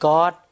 God